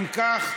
אם כך,